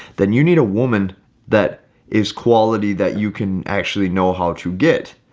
then you need a woman that is quality that you can actually know how to get.